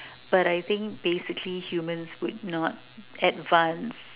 but I think basically humans would not advance